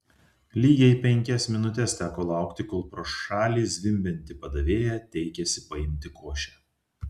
lygiai penkias minutes teko laukti kol pro šalį zvimbianti padavėja teikėsi paimti košę